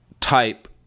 type